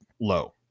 low